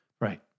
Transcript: Right